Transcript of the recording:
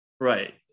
Right